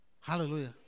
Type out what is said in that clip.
Hallelujah